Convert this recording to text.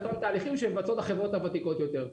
אותם תהליכים שמבצעות החברות הוותיקות יותר.